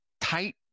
tight